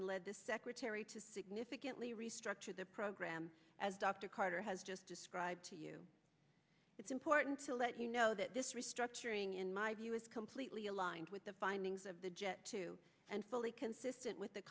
and lead the secretary to significantly restructure the program as dr carter has just described to you it's important to let you know that this restructuring in my view is completely aligned with the findings of the jet too and fully consistent with the